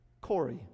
Corey